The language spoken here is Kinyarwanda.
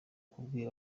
kubwira